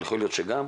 אבל יכול להיות שגם,